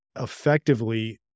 effectively